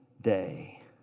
day